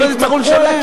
אחרי זה יצטרכו לשלם.